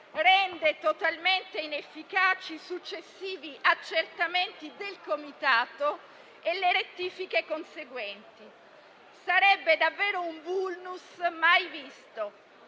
rende totalmente inefficaci i successivi accertamenti del comitato e le rettifiche conseguenti. Sarebbe davvero un *vulnus* mai visto